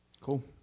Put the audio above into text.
Cool